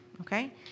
okay